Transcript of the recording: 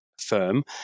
Firm